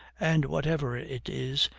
and, whatever it is,